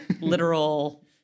literal